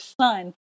son